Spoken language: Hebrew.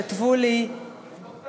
כתבו לי אוסף,